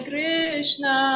Krishna